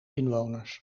inwoners